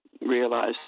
realize